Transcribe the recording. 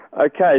Okay